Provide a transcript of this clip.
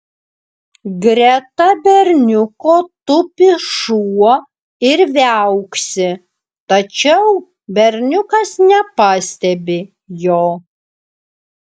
greta berniuko tupi šuo ir viauksi tačiau berniukas nepastebi jo